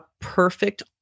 perfect